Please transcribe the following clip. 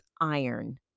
iron